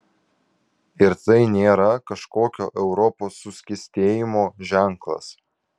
ir tai nėra kažkokio europos suskystėjimo ženklas